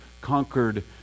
conquered